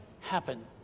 happen